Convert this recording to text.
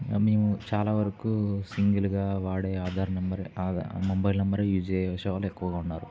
మేము చాలా వరకు సింగిల్గా వాడే ఆధార్ నంబర్ ఆద మొబైల్ నంబర్ యూస్ చేయే చేసే వాళ్ళు ఎక్కువగా ఉన్నారు